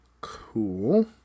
Cool